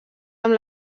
amb